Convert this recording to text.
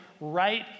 right